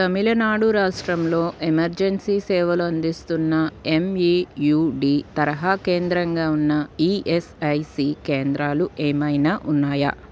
తమిళనాడు రాష్ట్రంలో ఎమర్జెన్సీ సేవలు అందిస్తున్న ఎంఈయుడి తరహా కేంద్రంగా ఉన్న ఈఎస్ఐసి కేంద్రాలు ఏమైనా ఉన్నాయా